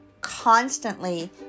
constantly